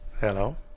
Hello